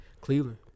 Cleveland